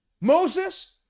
Moses